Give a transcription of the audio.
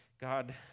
god